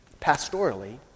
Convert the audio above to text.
Pastorally